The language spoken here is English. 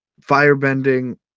Firebending